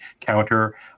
counter